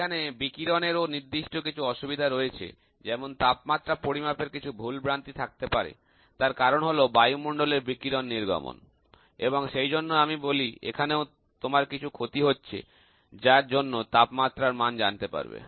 এখানে বিকিরণের নির্দিষ্ট কিছু অসুবিধা রয়েছে যেমন তাপমাত্রা পরিমাপের কিছু ভুলভ্রান্তি থাকতে পারে তার কারণ হলো বায়ুমণ্ডলের বিকিরণ নির্গমন সুতরাং বলতে পারি এক্ষেত্রে কিছু ক্ষতি হচ্ছে এবং সেই ক্ষতির কারণে তোমরা তাপমাত্রার মান পেতে পারো